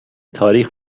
تاریخ